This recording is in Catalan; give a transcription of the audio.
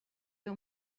fer